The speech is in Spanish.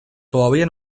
todavía